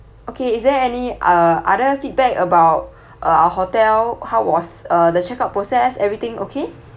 okay is there any uh other feedback about uh our hotel how was the checkout process everything okay